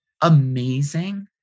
amazing